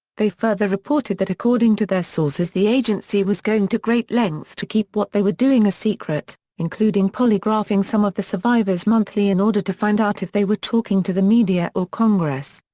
they further reported that according to their sources the agency was going to great lengths to keep what they were doing a secret, including polygraphing some of the survivors monthly in order to find out if they were talking to the media or congress.